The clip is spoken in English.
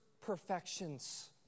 perfections